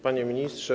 Panie Ministrze!